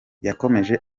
yakomeje